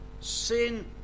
Sin